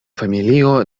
familio